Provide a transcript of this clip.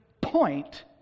point